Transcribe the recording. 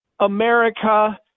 America